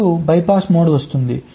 అప్పుడు BYPASS mode వస్తుంది